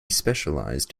specialized